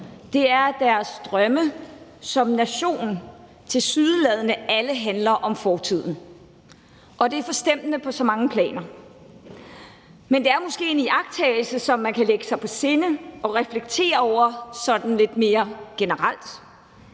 at russernes drømme som nation tilsyneladende alle handler om fortiden, og det er forstemmende på mange planer. Men det er måske en iagttagelse, som man kan lægge sig på sinde og reflektere over sådan lidt mere generelt.